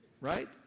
Right